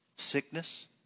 sickness